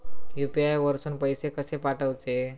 UPI वरसून पैसे कसे पाठवचे?